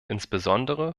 insbesondere